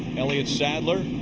elliott sadler,